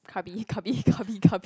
Krabi Krabi Krabi Krabi